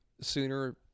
Sooner